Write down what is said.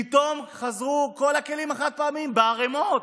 פתאום חזרו כל הכלים החד-פעמיים, בערימות,